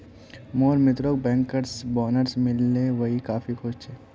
मोर मित्रक bankers bonus मिल ले वइ काफी खुश छ